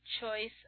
choice